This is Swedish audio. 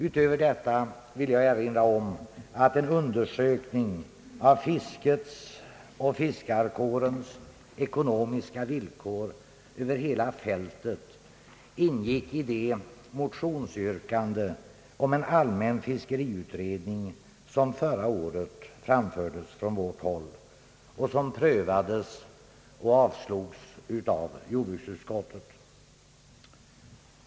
Utöver detta vill jag påminna om att en undersökning av fiskets och fiskarkårens ekonomiska villkor över hela fältet ingick i det motionsyrkande om en allmän fiskeriutredning som förra året framfördes från vårt håll och som prövades och avslogs av jordbruksutskottet.